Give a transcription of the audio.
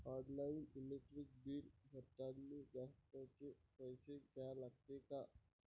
Online electric bill भरतानी जास्तचे पैसे द्या लागते का?